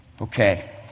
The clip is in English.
Okay